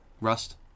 Rust